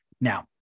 Now